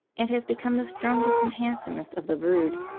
and has become the strongest and handsomest of the brood.